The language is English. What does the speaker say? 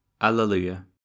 Alleluia